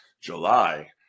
July